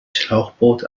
schlauchboot